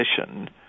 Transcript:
position